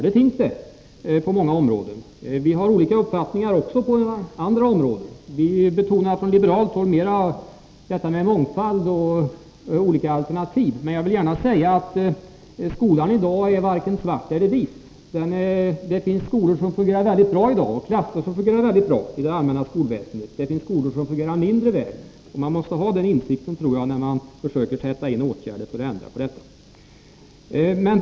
Det finns det, på många områden. Vi har olika uppfattningar också, på andra områden. Från liberalt håll betonar vi mer detta med mångfald och olika alternativ. Men jag vill gärna säga att skolan i dag varken är svart eller vit. Det finns skolor och klasser i det allmänna skolväsendet som fungerar mycket bra i dag, och det finns skolor som fungerar mindre väl. Jag tror att man måste ha den insikten när man försöker att sätta in åtgärder för att åstadkomma en förändring.